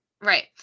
Right